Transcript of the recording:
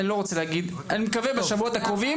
אני לא רוצה להגיד, אני מקווה בשבועות הקרובים.